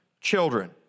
children